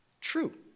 True